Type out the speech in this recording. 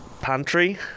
pantry